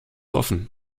offen